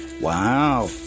Wow